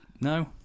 No